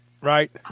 Right